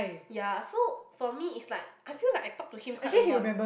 ya so for me is like I feel like I talk to him quite a lot